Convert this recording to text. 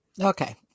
Okay